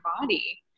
body